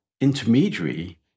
intermediary